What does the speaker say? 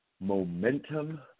momentum